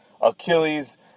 Achilles